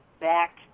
back